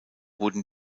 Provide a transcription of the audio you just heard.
wurden